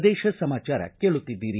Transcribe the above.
ಪ್ರದೇಶ ಸಮಾಚಾರ ಕೇಳುತ್ತಿದ್ದೀರಿ